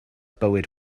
bywyd